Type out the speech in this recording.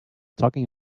talking